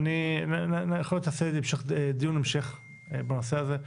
יכול להיות שנעשה דיון המשך בנושא הזה.